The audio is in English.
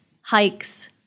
hikes